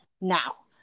Now